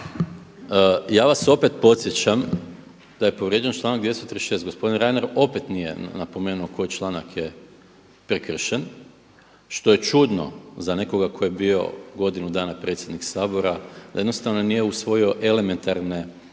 Ja vas opet podsjećam da je povrijeđen članak 236. Gospodin Reiner opet nije napomenuo koji članak je prekršen što je čudno za nekoga ko je bio godinu dana predsjednik Sabora da jednostavno nije usvojio elementarna